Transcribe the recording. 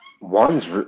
One's